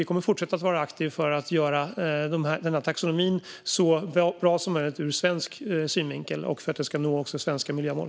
Vi kommer att fortsätta att vara aktiva för att göra taxonomin så bra som möjligt ur svensk synvinkel och för att vi ska nå svenska miljömål.